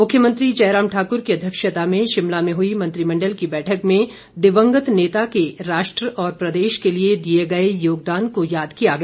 मुख्यमंत्री जयराम ठाकुर की अध्यक्षता में शिमला में हुई मंत्रिमंडल की बैठक में दिवंगत नेता के राष्ट्र और प्रदेश के लिए दिए गए योगदान को याद किया गया